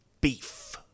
beef